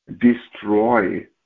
destroy